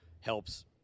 helps